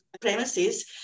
premises